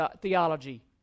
theology